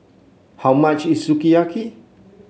how much is Sukiyaki